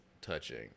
touching